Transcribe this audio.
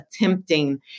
attempting